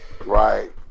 right